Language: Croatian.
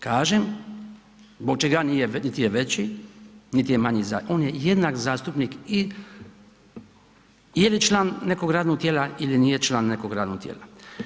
Kažem, zbog čega nije, nit je veći, nit je manji, on je jednak zastupnik i, ili član nekog radnog tijela, ili nije član nekog radnog tijela.